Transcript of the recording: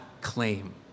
claim